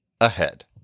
ahead